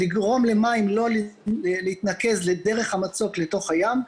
לגרום למים לא להתנקז דרך המצוק לתוך הים,